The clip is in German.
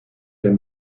der